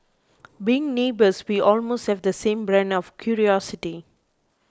being neighbours we almost have the same brand of curiosity